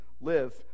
live